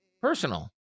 personal